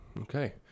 Okay